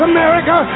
America